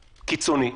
קיצונית,